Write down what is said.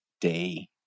Day